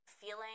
feeling